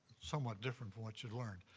somewhat different what you'd learned.